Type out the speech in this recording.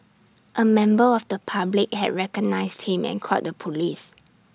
A member of the public had recognised him and called the Police